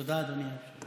תודה, אדוני היושב-ראש.